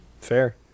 Fair